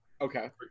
Okay